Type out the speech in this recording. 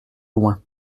loin